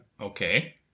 Okay